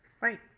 Right